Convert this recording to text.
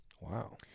Wow